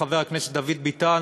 חבר הכנסת דוד ביטן.